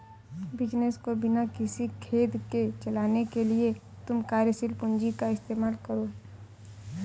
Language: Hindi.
बिज़नस को बिना किसी खेद के चलाने के लिए तुम कार्यशील पूंजी का इस्तेमाल करो